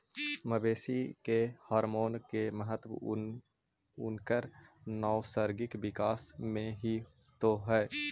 मवेशी के हॉरमोन के महत्त्व उनकर नैसर्गिक विकास में हीं तो हई